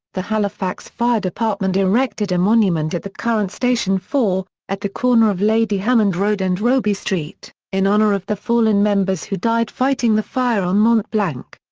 the halifax fire department erected a monument at the current station four, at the corner of lady hammond road and robie street, in honour of the fallen members who died fighting the fire on mont-blanc.